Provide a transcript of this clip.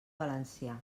valencià